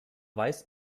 weiß